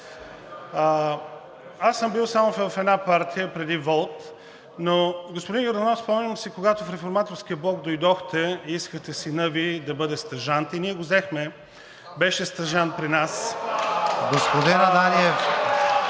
Аз съм бил само в една партия преди ВОЛТ, но, господин Йорданов, спомням си, когато в Реформаторския блок дойдохте и искахте сина Ви да бъде стажант. И ние го взехме, беше стажант при нас… (Шум,